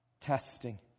testing